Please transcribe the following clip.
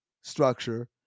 structure